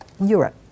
Europe